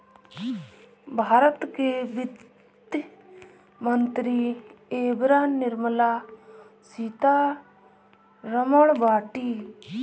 भारत के वित्त मंत्री एबेरा निर्मला सीता रमण बाटी